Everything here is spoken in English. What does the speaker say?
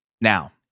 Now